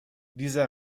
dieser